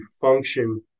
function